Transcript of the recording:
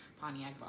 Pontiac